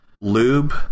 lube